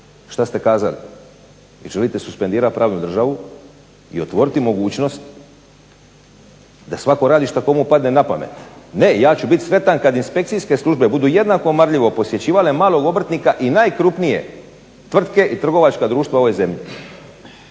šta ste kazali. Vi želite suspendirati pravnu državu i otvoriti mogućnost da svako radi šta komu padne na pamet. Ne, ja ću biti sretan kada inspekcijske službe budu jednako marljivo posjećivale malog obrtnika i najkrupnije tvrtke i trgovačka društva u ovoj zemlji.